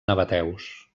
nabateus